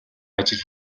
ажил